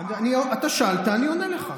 אז אם זו ההמלצה, למה, אתה שאלת, אני עונה לך.